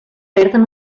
perden